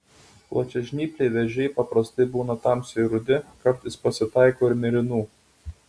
plačiažnypliai vėžiai paprastai būna tamsiai rudi kartais pasitaiko ir mėlynų